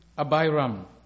Abiram